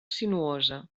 sinuosa